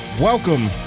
Welcome